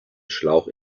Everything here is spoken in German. schlauch